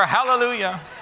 Hallelujah